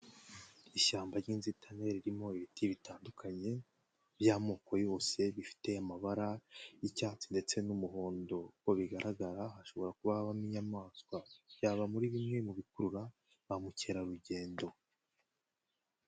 Ishyamba ry'inzitane ririmo ibiti bitandukanye by'amoko yose bifite amabara y'icyatsi ndetse n'umuhondo. Uko bigaragara hashobora kuba habamo inyamaswa. Byaba muri bimwe mu bikurura ba mukerarugendo.